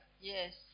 Yes